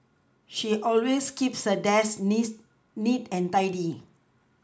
she always keeps her desk needs neat and tidy